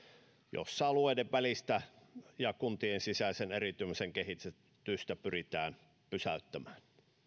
jossa alueiden välistä ja kuntien sisäisen eriytymisen kehitystä pyritään pysäyttämään